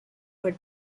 were